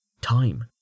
Time